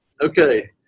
Okay